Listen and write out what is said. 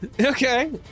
Okay